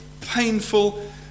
painful